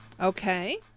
Okay